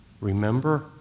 remember